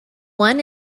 one